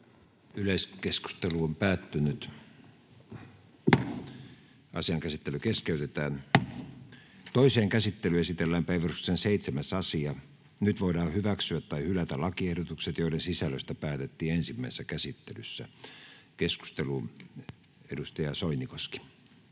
ja siihen liittyviksi laeiksi Time: N/A Content: Toiseen käsittelyyn esitellään päiväjärjestyksen 7. asia. Nyt voidaan hyväksyä tai hylätä lakiehdotukset, joiden sisällöstä päätettiin ensimmäisessä käsittelyssä. — Keskusteluun, edustaja Soinikoski.